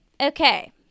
Okay